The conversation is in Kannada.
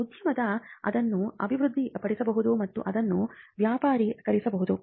ಉದ್ಯಮವು ಅದನ್ನು ಅಭಿವೃದ್ಧಿಪಡಿಸಬಹುದು ಮತ್ತು ಅದನ್ನು ವ್ಯಾಪಾರೀಕರಿಸಬಹುದು